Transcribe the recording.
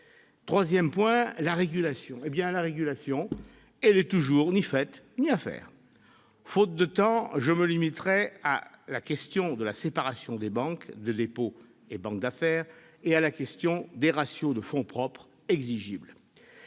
Troisièmement, la régulation est toujours « ni faite ni à faire ». Faute de temps, je me limiterai à la question de la séparation entre banques de dépôt et banques d'affaires et à la question des ratios de fonds propres exigibles.